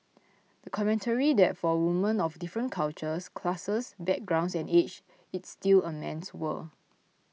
a commentary that for women of different cultures classes backgrounds and age it's still a man's world